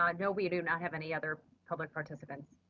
um no, we do not have any other public participants.